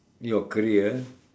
your career